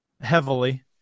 heavily